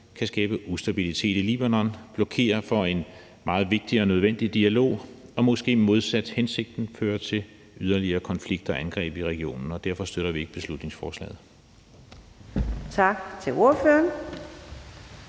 kan skabe ustabilitet i Libanon og blokere for en meget vigtig og nødvendig dialog og måske, modsat hensigten, føre til yderligere konflikter og angreb i regionen, og derfor støtter vi ikke beslutningsforslaget. Kl. 17:08 Fjerde